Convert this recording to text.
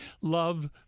love